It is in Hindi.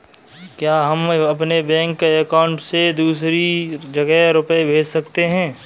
क्या हम अपने बैंक अकाउंट से दूसरी जगह रुपये भेज सकते हैं?